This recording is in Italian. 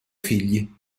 figli